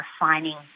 refining